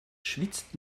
schwitzt